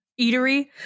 eatery